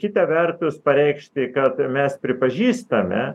kita vertus pareikšti kad mes pripažįstame